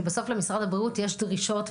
כי בסוף למשרד הבריאות יש דרישות,